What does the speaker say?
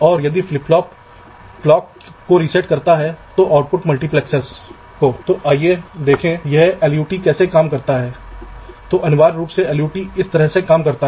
तो मुझे जल्दी से कुछ रास्ते मिलेंगे इसलिए VDD नेट कैसे कनेक्ट करें